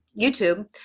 YouTube